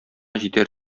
җитәр